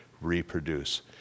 reproduce